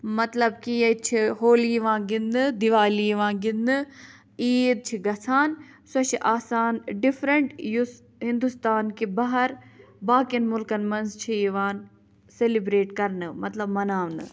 مطلب کہِ ییٚتہِ چھِ ہوٗلی یِوان گِنٛدنہٕ دیوالی یِوان گِنٛدنہٕ عیٖد چھِ گَژھان سۄ چھِ آسان ڈِفریٚنٛٹ یُس ہندوستانکہِ بَہار باقیَن مُلکَن منٛز چھِ یِوان سیٚلِبرٛیٹ کَرنہٕ مطلب مَناونہٕ